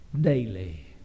daily